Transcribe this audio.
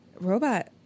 Robot